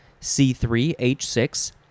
C3H6